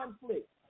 conflict